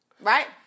Right